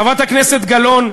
חברת הכנסת גרמן,